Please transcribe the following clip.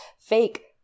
fake